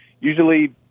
usually